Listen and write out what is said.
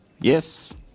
yes